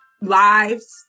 lives